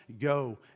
Go